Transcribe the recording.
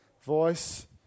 voice